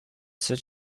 such